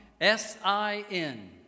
S-I-N